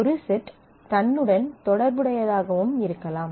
ஒரு செட் தன்னுடன் தொடர்புடையதாகவும் இருக்கலாம்